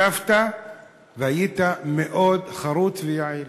השתתפת והיית מאוד חרוץ ויעיל,